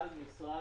המטרה